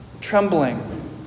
trembling